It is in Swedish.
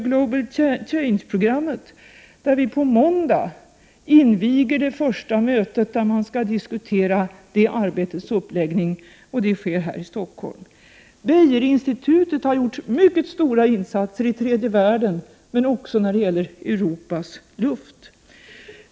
Global Change-programmet, där vi på måndag inviger det första mötet, där man skall diskutera arbetets uppläggning. Det sker här i Stockholm. Beijerinstitutet har gjort mycket stora insatser i tredje världen men också beträffande Europas luft.